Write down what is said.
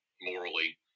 morally